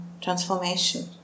transformation